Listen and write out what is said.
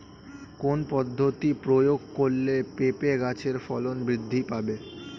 কোন পদ্ধতি প্রয়োগ করলে পেঁপে গাছের ফলন বৃদ্ধি পাবে?